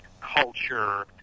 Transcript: culture